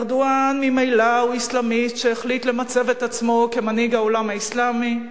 ארדואן הוא ממילא אסלאמיסט שהחליט למצב את עצמו כמנהיג העולם האסלאמי.